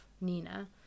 Nina